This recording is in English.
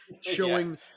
showing